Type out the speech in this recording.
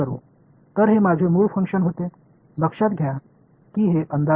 तर हे माझे मूळ फंक्शन होते लक्षात घ्या की हे अंदाजे आहे